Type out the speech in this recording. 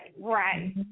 right